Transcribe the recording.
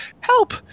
help